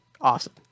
awesome